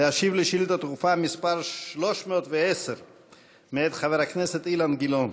להשיב על שאילתה דחופה מס' 310 מאת חבר הכנסת אילן גילאון.